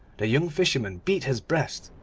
the young fisherman beat his breast,